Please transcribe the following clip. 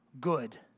good